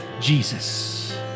Jesus